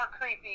creepy